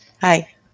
Hi